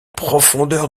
profondeur